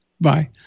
Bye